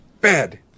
Bad